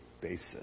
basis